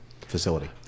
facility